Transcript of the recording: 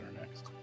next